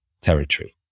territory